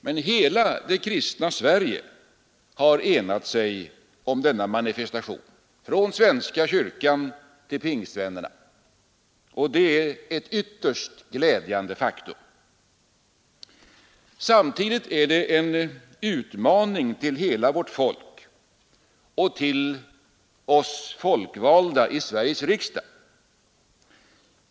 Men hela det kristna Sverige har enat sig om denna manifestation, från svenska kyrkan till pingstvännerna, och det är ett ytterst glädjande faktum. Samtidigt är det en utmaning till hela vårt folk och till de folkvalda i Sveriges riksdag.